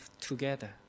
together